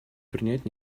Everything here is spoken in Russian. принять